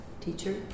teacher